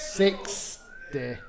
sixty